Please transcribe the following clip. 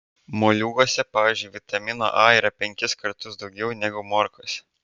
moliūguose pavyzdžiui vitamino a yra penkis kartus daugiau negu morkose